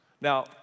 Now